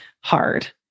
hard